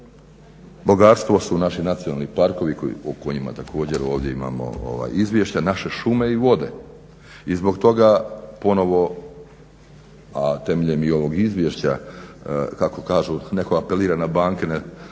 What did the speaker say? bogatstvo su naši Nacionalni parkovi o kojima također ovdje imamo izvješća, naše šume i vode. I zbog toga ponovo, a temeljem i ovog izvješća kako kažu, neko apelira na banke